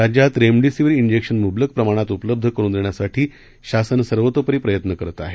राज्यात remdesivir injection मुबलक प्रमाणात उपलब्ध करून देण्यासाठी शासन सर्वोपरी प्रयत्न करत आहे